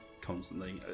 constantly